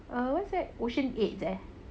err what's that ocean eight eh